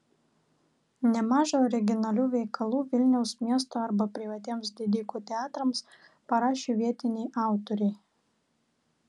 nemaža originalių veikalų vilniaus miesto arba privatiems didikų teatrams parašė vietiniai autoriai